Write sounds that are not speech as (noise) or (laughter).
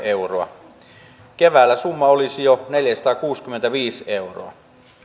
(unintelligible) euroa keväällä summa olisi jo neljäsataakuusikymmentäviisi euroa